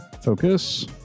Focus